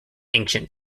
ancient